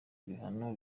ibihano